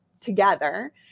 together